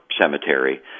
cemetery